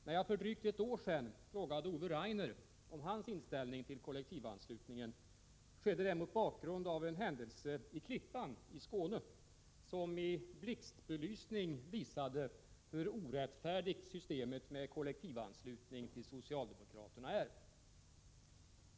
När jag för drygt ett år sedan frågade Ove Rainer om hans inställning till kollektivanslutningen, skedde det mot bakgrund av en händelse i Klippan i Skåne, som i blixtbelysning visade hur orättfärdigt systemet med kollektivanslutning till det socialdemokratiska partiet är.